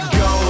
go